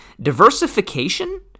diversification